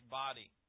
body